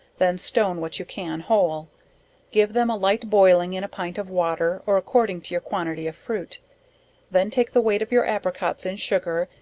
then stone what you can whole give them a light boiling in a pint of water, or according to your quantity of fruit then take the weight of your apricots in sugar,